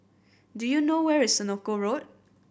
do you know where is Senoko Road